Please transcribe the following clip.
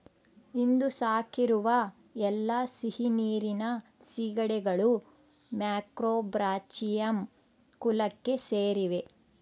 ಇಂದು ಸಾಕಿರುವ ಎಲ್ಲಾ ಸಿಹಿನೀರಿನ ಸೀಗಡಿಗಳು ಮ್ಯಾಕ್ರೋಬ್ರಾಚಿಯಂ ಕುಲಕ್ಕೆ ಸೇರಿವೆ